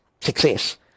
success